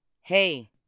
Hey